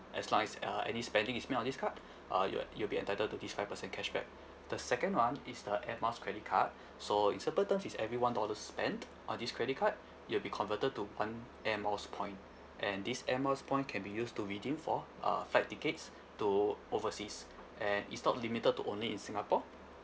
as long as uh any spending is made on this card uh your you'll be entitled to this five percent cashback the second one is the Air Miles credit card so its pattern is every one dollar spent on this credit card it'll be converted to one Air Miles point and this Air Miles point can be used to redeem for uh flight tickets to overseas and it's not limited to only in singapore